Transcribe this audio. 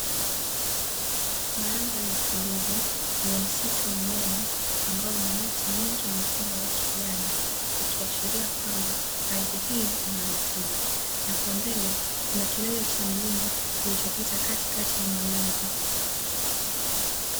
Mandhari tulivu yenye msitu mnene ambao una miti mingi mikubwa ya kijani ikiashiria kwamba ardhi hio inarutuba na kwa mbele kuna kilele cha mlima kilichopita katikati ya mawingu.